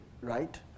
Right